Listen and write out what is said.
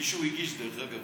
מישהו הגיש, דרך אגב.